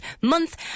month